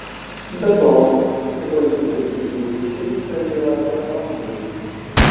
be to įprasti prekybiniai ryšiai čia yra gana vangūs